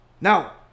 Now